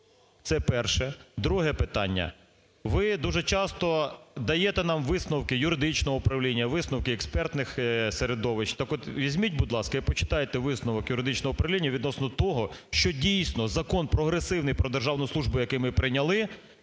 Це перше. Друге питання. Ви дуже часто даєте нам висновки юридичного управління, висновки експертних середовищ. Так от візьміть, будь ласка, і почитайте висновок юридичного управління відносно того, що, дійсно, закон прогресивний про державну службу, який ми прийняли,